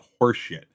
horseshit